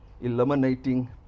eliminating